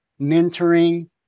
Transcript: mentoring